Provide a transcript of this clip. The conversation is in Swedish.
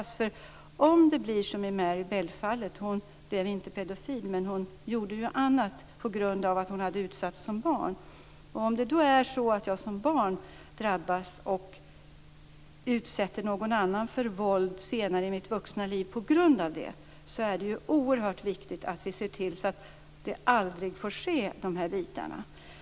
Det är oerhört viktigt att det inte blir som i Mary Bell-fallet - hon blev inte pedofil men gjorde annat på grund av att hon hade utsatts som barn - att jag som barn drabbas och att jag senare i mitt vuxna liv utsätter någon annan för våld på grund av detta.